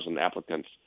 applicants